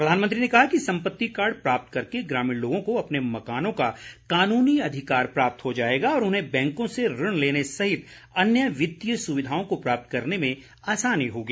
प्रधानमंत्री ने कहा कि सम्पत्ति कार्ड प्राप्त करके ग्रामीण लोगों को अपने मकानों का कानूनी अधिकार प्राप्त हो जाएगा और उन्हें बैंकों से ऋण लेने सहित अन्य वित्तीय सुविधाओं को प्राप्त करने में आसानी होगी